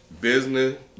business